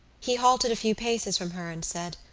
he halted a few paces from her and said